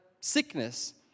sickness